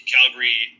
Calgary